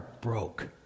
broke